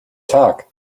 tag